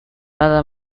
nada